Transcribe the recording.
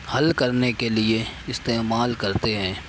حل کرنے کے لیے استعمال کرتے ہیں